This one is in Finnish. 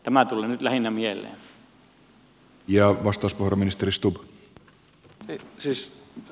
tämä tuli nyt lähinnä mieleen